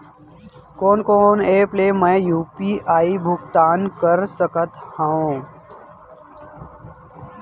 कोन कोन एप ले मैं यू.पी.आई भुगतान कर सकत हओं?